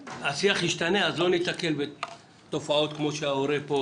לא ניתקל בתופעות כמו שההורה רון פה